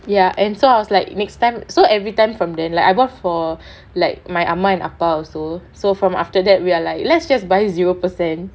ya and so I was like next time so everytime from that day I bought for like my amma and appa also from after that we are like let's just buy zero percent